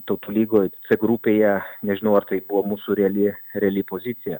tautų lygoje c grupėje nežinau ar tai buvo mūsų reali reali pozicija